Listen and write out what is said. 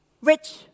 rich